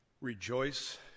Rejoice